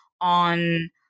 on